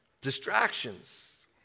Distractions